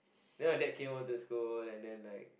then my dad came over to school and then like